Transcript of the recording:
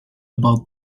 about